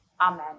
amen